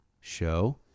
show